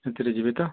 ସେଥିରେ ଯିବେ ତ